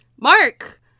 Mark